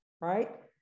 right